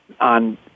on